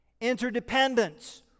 Interdependence